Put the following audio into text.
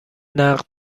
نقد